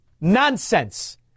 nonsense